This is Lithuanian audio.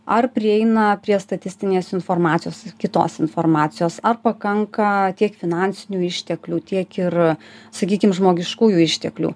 ar prieina prie statistinės informacijos kitos informacijos ar pakanka tiek finansinių išteklių tiek ir sakykim žmogiškųjų išteklių